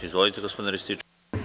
Izvolite, gospodine Rističeviću.